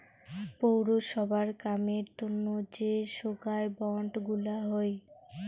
পৌরসভার কামের তন্ন যে সোগায় বন্ড গুলা হই